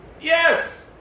Yes